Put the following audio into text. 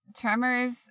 Tremors